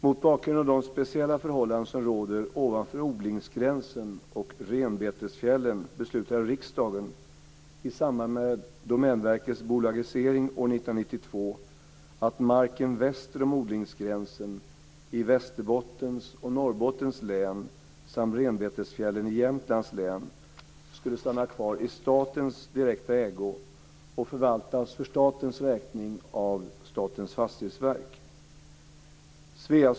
Mot bakgrund av de speciella förhållanden som råder ovanför odlingsgränsen och renbetesfjällen beslutade riksdagen i samband med Domänverkets bolagisering år 1992 att marken väster om odlingsgränsen i Västerbottens och Norrbottens län samt renbetesfjällen i Jämtlands län skulle stanna kvar i statens direkta ägo och förvaltas för statens räkning av Statens fastighetsverk.